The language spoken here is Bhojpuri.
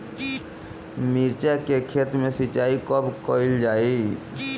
मिर्चा के खेत में सिचाई कब कइल जाला?